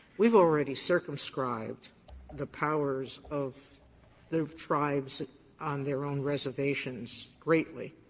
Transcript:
we've already circumscribed the powers of the tribes on their own reservations greatly,